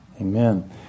Amen